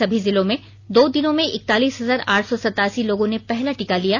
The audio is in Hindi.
सभी जिलों में दो दिनों में एकतालीस हजार आठ सौ सतासी लोगों ने पहला टीका लिया